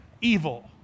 evil